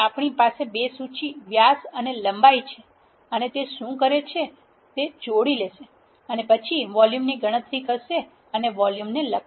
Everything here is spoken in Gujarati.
આપણી પાસે બે સૂચિ વ્યાસ અને લંબાઈ છે અને તે શું કરે છે તે જોડી લેશે અને પછી વોલ્યુમની ગણતરી કરશે અને તે વોલ્યુમને લખશે